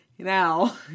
Now